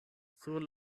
sur